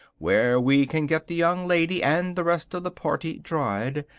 where we could get the young lady and the rest of the party dried,